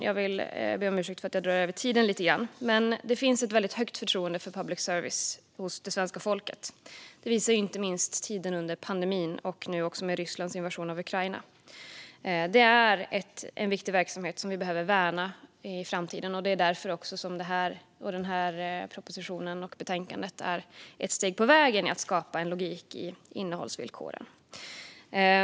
Jag vill avsluta med att säga att det finns ett mycket högt förtroende för public service hos svenska folket. Det visar inte minst tiden under pandemin och nu också Rysslands invasion av Ukraina. Det är en viktig verksamhet som vi behöver värna i framtiden, och det är därför propositionen och betänkandet är ett steg på vägen i att skapa en logik i innehållsvillkoren.